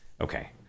okay